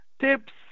tips